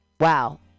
Wow